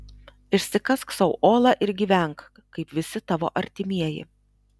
išsikask sau olą ir gyvenk kaip visi tavo artimieji